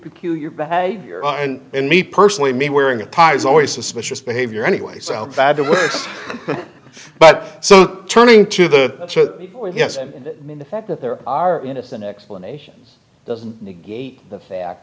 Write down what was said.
peculiar behavior on and me personally me wearing a tie is always suspicious behavior anyway so bad to worse but so turning to the yes men that there are innocent explanations doesn't negate the fact